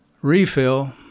refill